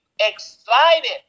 excited